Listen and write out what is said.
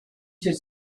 should